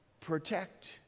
protect